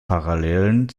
parallelen